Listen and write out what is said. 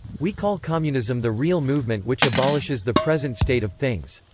we call communism the real movement which abolishes the present state of things.